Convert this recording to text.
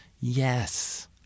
Yes